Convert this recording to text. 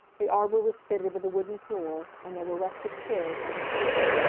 the arbor was fitted with a wooden floor, and there were rustic chairs, and a table.